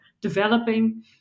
developing